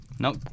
No